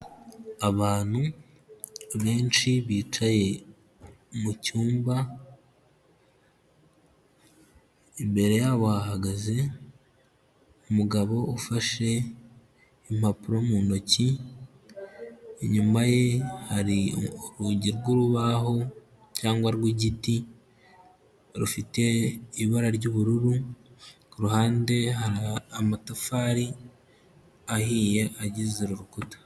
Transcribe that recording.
Abantu benshi bicaye mu cyumba imbere yabo hahagaze umugabo ufashe impapuro mu ntoki, inyuma ye hari urugi rw'urubaho cyangwa rw'igiti rufite ibara ry'ubururu ku ruhande hari amatafari ahiye agize urukuta.